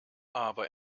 aber